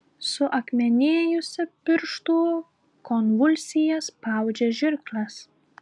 suakmenėjusi pirštų konvulsija spaudžia žirkles